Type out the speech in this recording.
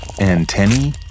Antennae